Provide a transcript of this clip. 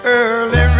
early